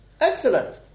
Excellent